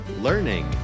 learning